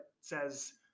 says